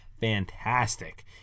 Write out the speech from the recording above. fantastic